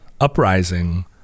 uprising